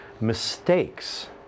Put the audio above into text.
mistakes